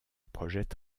projette